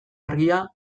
argia